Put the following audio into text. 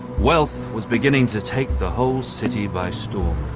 wealth was beginning to take the whole city by storm.